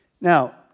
Now